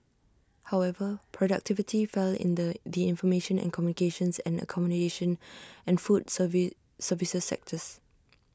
however productivity fell in the the information and communications and accommodation and food service services sectors